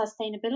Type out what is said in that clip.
sustainability